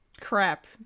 crap